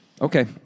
okay